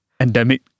endemic